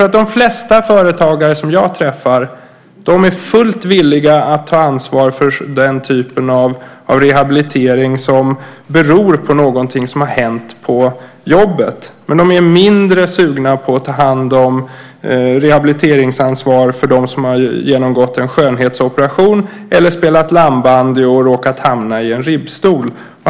De flesta företagare som jag träffar är fullt villiga att ta ansvar för den typ av rehabilitering som beror på någonting som har hänt på jobbet. Men de är mindre sugna på att ta hand om rehabiliteringsansvar för dem som har genomgått en skönhetsoperation eller spelat landbandy och råkat hamna i en ribbstol.